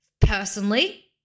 personally